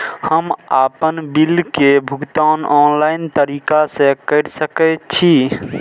हम आपन बिल के भुगतान ऑनलाइन तरीका से कर सके छी?